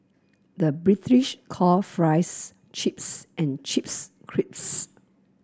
the British call fries chips and chips crisps